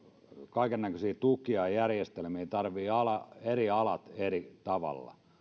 kaikennäköisiä tukia ja järjestelmiä tarvitsevat eri alat eri tavalla